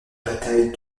bataille